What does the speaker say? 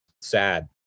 sad